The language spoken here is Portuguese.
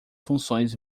funções